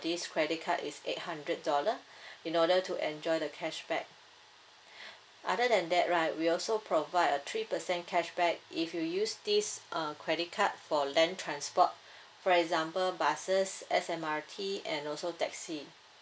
this credit card is eight hundred dollar in order to enjoy the cashback other than that right we also provide a three percent cashback if you use this err credit card for land transport for example buses S_M_R_T and also taxi